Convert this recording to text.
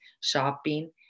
shopping